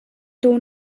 tonal